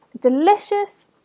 delicious